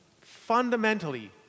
Fundamentally